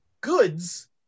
goods